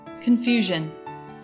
Confusion